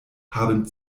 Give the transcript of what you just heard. haben